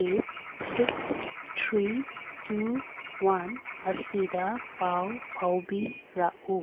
eight six three two one ꯑꯁꯤꯗ ꯄꯥꯎ ꯐꯥꯎꯕꯤꯔꯛꯎ